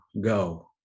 go